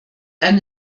ein